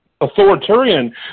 authoritarian